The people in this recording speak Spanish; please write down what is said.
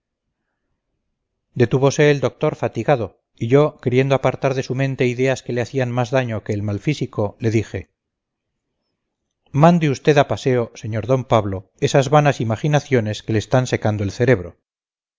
detúvose el doctor fatigado y yo queriendo apartar de su mente ideas que le hacían más daño que el mal físico le dije mande usted a paseo sr d pablo esas vanas imaginaciones que le están secando el cerebro